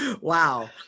wow